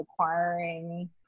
acquiring